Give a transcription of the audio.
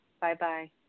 Bye-bye